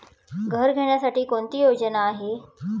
घर घेण्यासाठी कोणती योजना आहे?